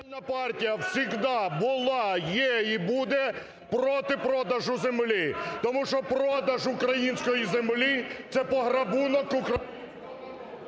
Радикальна партія всігда була, є і буде проти продажу землі. Тому що продаж української землі – це пограбунок українського народу.